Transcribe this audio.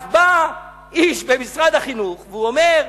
אז בא איש ממשרד החינוך ואומר,